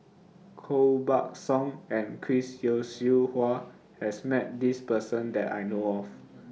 Koh Buck Song and Chris Yeo Siew Hua has Met This Person that I know of